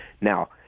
Now